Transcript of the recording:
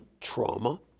trauma